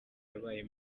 yabaye